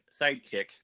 sidekick